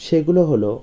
সেগুলো হল